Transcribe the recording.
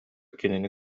кинини